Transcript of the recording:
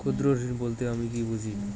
ক্ষুদ্র ঋণ বলতে আমরা কি বুঝি?